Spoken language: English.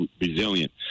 resilient